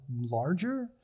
larger